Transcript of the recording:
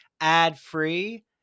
ad-free